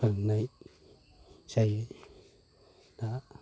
होननाय जायो दा